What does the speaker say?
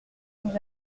nous